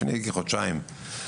לפני כחודשיים.